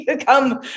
come